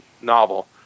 novel